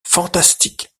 fantastique